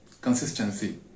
consistency